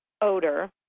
odor